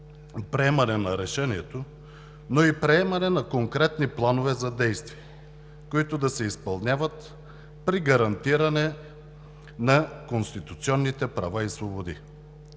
приемане на решението, но и приемане на конкретни планове за действия, които да се изпълняват при гарантиране на конституционните права и свободи.